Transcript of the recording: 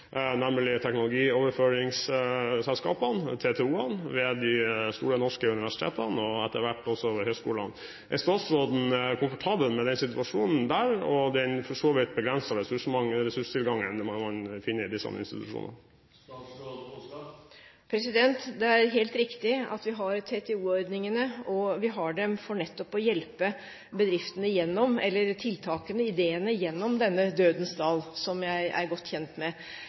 nemlig teknologioverføringsselskapene, TTO-ene, ved de store norske universitetene, og etter hvert også ved høyskolene. Er statsråden komfortabel med situasjonen der og den for så vidt begrensede ressurstilgangen man finner i de samme institusjonene? Det er helt riktig at vi har TTO-ordningene. Vi har dem nettopp for å hjelpe tiltakene og ideene gjennom denne Dødens Dal, som jeg er godt kjent med.